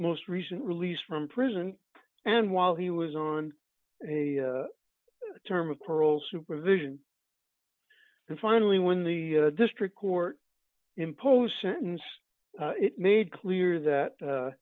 most recent release from prison and while he was on term of parole supervision and finally when the district court imposed sentence it made clear that